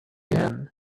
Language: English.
again